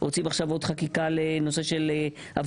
רוצים עכשיו עוד חקיקה לנושא של הפגנות,